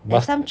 but